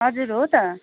हजुर हो त